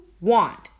want